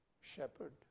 shepherd